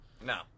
No